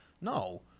no